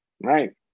Right